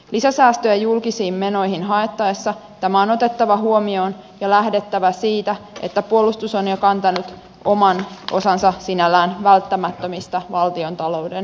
lisäsäästöjä julkisiin menoihin haettaessa tämä on otettava huomioon ja lähdettävä siitä että puolustus on jo kantanut oman osansa sinällään välttämättömistä valtiontalouden säästöistä